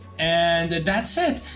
and that's it.